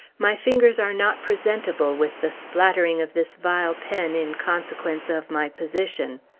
my fingers are not presentable with the splattering of this vile pen in consequence of my position.